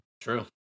True